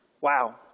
Wow